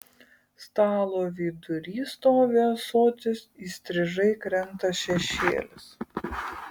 stalo vidury stovi ąsotis įstrižai krenta šešėlis